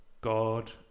god